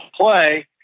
play